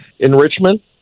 Enrichment